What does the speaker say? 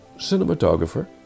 cinematographer